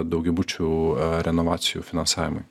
daugiabučių renovacijų finansavimui